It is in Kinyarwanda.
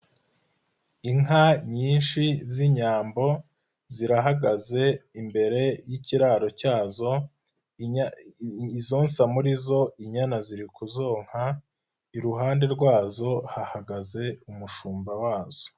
Inka nyinshi z'Inyambo zirahagaze imbere y'ikiraro cyazo, izonsa muri zo inyana ziri kuzonka, iruhande rwazo hahagaze umushumba wazo.